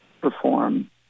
perform